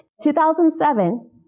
2007